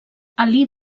alí